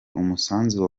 umusanzu